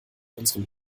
unserem